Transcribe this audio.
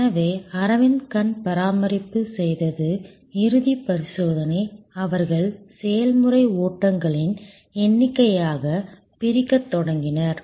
எனவே அரவிந்த் கண் பராமரிப்பு செய்தது இறுதிப் பரிசோதனை அவர்கள் செயல்முறை ஓட்டங்களின் எண்ணிக்கையாகப் பிரிக்கத் தொடங்கினர்